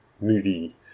movie